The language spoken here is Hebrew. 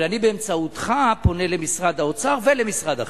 אבל אני באמצעותך פונה אל משרד האוצר ואל משרד החינוך.